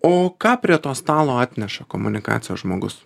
o ką prie to stalo atneša komunikacijos žmogus